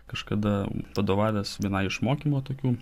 kažkada vadovavęs vienai iš mokymo tokių